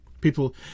people